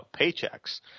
paychecks